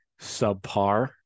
subpar